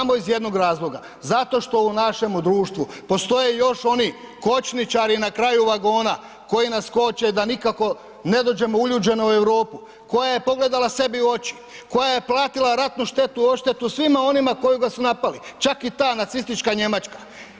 Samo iz jednog razloga, zato što u našemu društvu postoje još oni kočničari na kraju vagona koji nas koče da nikako ne dođemo u uljuđenu Europu koja je pogledala sebi u oči, koja je platila ratnu štetu, odštetu svima onima kojega su napali, čak i ta nacistička Njemačka.